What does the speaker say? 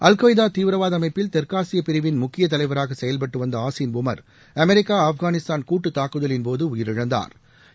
al Qaeda தீவிரவாத அமைப்பில் தெற்காசிய பிரவின் முக்கிய தலைவராக செயவ்பட்டுவந்த ஆசின் உமர் அமெரிக்கா ஆப்கானிஸ்தான் கூட்டு தாக்குதலின் போது உயிரிழந்தாா்